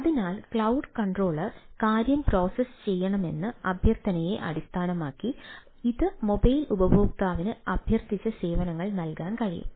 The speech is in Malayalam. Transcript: അതിനാൽ ക്ലൌഡ് കൺട്രോളർ കാര്യം പ്രോസസ്സ് ചെയ്യണമെന്ന അഭ്യർത്ഥനയെ അടിസ്ഥാനമാക്കി ഇത് മൊബൈൽ ഉപയോക്താവിന് അഭ്യർത്ഥിച്ച സേവനങ്ങൾ നൽകാൻ കഴിയും